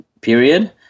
period